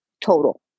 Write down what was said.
total